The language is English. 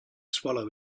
swallow